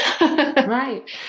Right